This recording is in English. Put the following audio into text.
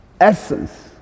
Essence